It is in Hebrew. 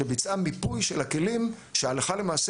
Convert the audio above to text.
שביצעה מיפוי של הכלים שהלכה למעשה